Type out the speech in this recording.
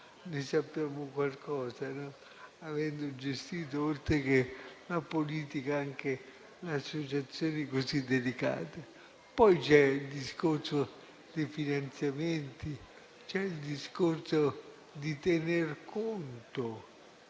Ne sappiamo qualcosa, avendo gestito, oltre che la politica, anche associazioni così delicate. Vi è poi il discorso dei finanziamenti, il fatto di tener conto